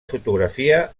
fotografia